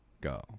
go